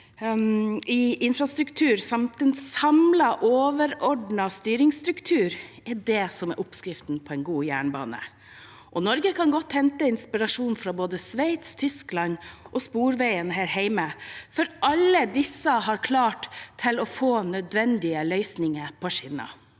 i infrastruktur samt en samlet overordnet styringsstruktur er oppskrif ten på en god jernbane. Norge kan godt hente inspirasjon fra både Sveits, Tyskland og Sporveien her hjemme, for alle disse har klart å få til nødvendige løsninger på skinner.